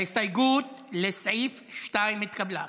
ההסתייגות לסעיף 2 התקבלה.